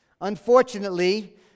Unfortunately